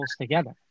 together